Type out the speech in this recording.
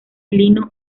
lino